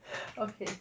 okay